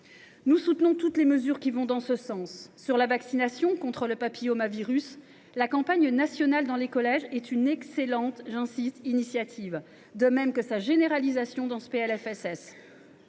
Nous soutenons toutes les mesures qui vont dans ce sens. Sur la vaccination contre le papillomavirus, la campagne nationale menée dans les collèges est une excellente initiative, de même que sa généralisation dans ce PLFSS.